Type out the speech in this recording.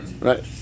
Right